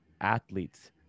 athletes